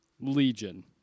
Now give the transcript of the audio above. Legion